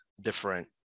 different